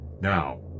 now